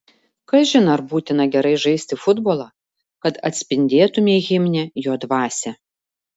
kažin ar būtina gerai žaisti futbolą kad atspindėtumei himne jo dvasią